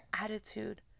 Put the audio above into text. attitude